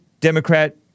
democrat